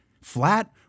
flat